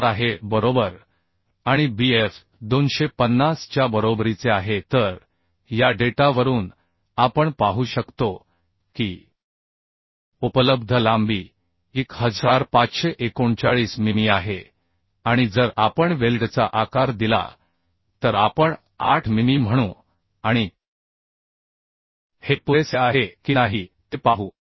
4 आहे बरोबर आणि Bf 250 च्या बरोबरीचे आहे तर या डेटावरून आपण पाहू शकतो की उपलब्ध लांबी 1539 मिमी आहे आणि जर आपण वेल्डचा आकार दिला तर आपण 8 मिमी म्हणू आणि हे पुरेसे आहे की नाही ते पाहू